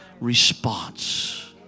response